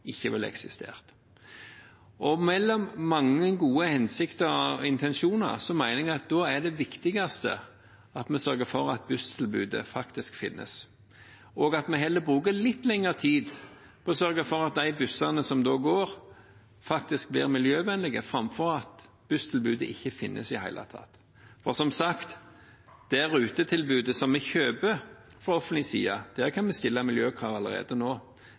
ikke ville eksistert. Mellom mange gode hensikter og intensjoner mener jeg at det viktigste da er at vi sørger for at busstilbudet faktisk finnes, og at vi heller bruker litt lengre tid på å sørge for at de bussene som går, blir miljøvennlige, framfor at busstilbudet ikke finnes i det hele tatt. Og som sagt: For det rutetilbudet som vi kjøper fra offentlig side, kan vi stille miljøkrav allerede nå.